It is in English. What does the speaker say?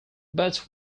but